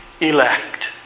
elect